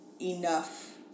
enough